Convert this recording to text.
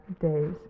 days